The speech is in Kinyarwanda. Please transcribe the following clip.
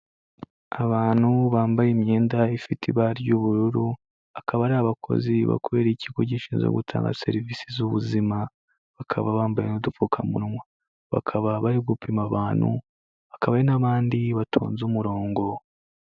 Abantu bambaye imyenda ifite ibara ry'ubururu, akaba ari abakozi bakorera ikigo gishinzwe gutanga serivisi z'ubuzima. Bakaba bambaye n'udupfukamunwa. Bakaba bari gupima abantu, hakaba n'abandi batonze umurongo.